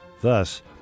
Thus